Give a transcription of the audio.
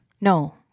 no